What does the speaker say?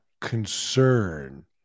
concern